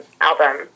album